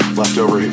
leftover